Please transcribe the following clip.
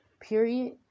period